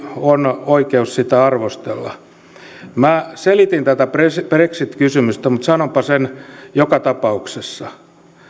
on oikeus sitä arvostella minä selitin tätä brexit kysymystä mutta sanonpa sen joka tapauksessa